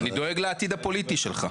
אני דואג לעתיד הפוליטי שלך.